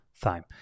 time